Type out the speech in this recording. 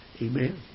Amen